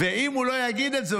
ואם הוא לא יגיד את זה,